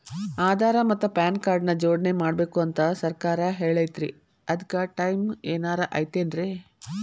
ಆಧಾರ ಮತ್ತ PAN card ನ ಜೋಡಣೆ ಮಾಡ್ಬೇಕು ಅಂತಾ ಸರ್ಕಾರ ಹೇಳೈತ್ರಿ ಅದ್ಕ ಟೈಮ್ ಏನಾರ ಐತೇನ್ರೇ?